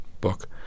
book